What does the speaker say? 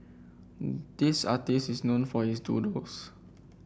this artist is known for his doodles